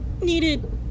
needed